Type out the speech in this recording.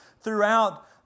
throughout